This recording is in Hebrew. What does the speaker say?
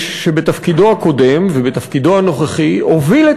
שבתפקידו הקודם ובתפקידו הנוכחי הוביל את